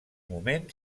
moment